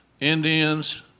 Indians